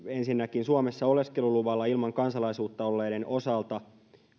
ensinnäkin suomessa oleskeluluvalla ilman kansalaisuutta olleiden osalta